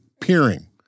peering